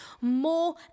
more